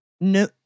No